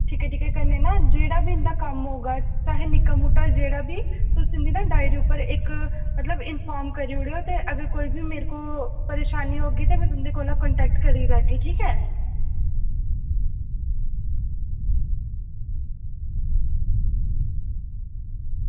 ठीक ऐ ठीक ऐ कन्नै ना जेह्ड़ा बी कम्म होगा चाहे निक्का मुट्टा जेह्ड़ा बी तुस ना डायरी उप्पर इक्क मतलब इंफार्म करी ओड़ेओ मतलब कोई बी इक्क परेशानी होगी ते में ना तुंदे कन्नै कंटेक्ट करी लैगी ठीक ऐ